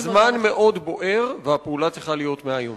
הזמן מאוד בוער, והפעולה צריכה להיות מהיום.